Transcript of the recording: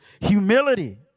humility